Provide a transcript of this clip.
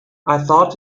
thought